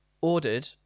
ordered